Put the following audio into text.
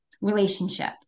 relationship